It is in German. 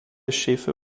schiffe